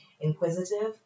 inquisitive